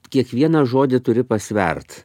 kiekvieną žodį turi pasvert